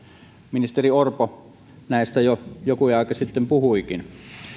ministeri orpo näistä jo joku aika sitten puhuikin